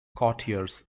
courtiers